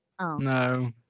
no